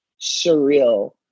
surreal